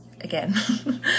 Again